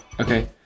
Okay